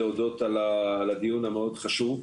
להודות על הדיון המאוד חשוב.